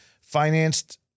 financed